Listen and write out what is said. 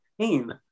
pain